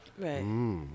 Right